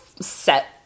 set